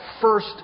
first